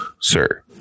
sir